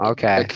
Okay